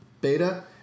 beta